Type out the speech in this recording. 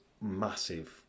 massive